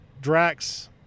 drax